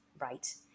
right